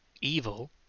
evil